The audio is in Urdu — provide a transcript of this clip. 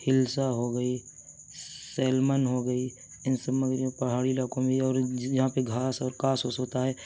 ہلسہ ہو گئی سیلمن ہو گئی ان سب پہاڑی علاقوں میں بھی اور جہاں پہ گھاس اور کاس وس ہوتا ہے